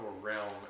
realm